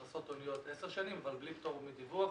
הכנסות הוניות עשר שנים אבל בלי פטור מדיווח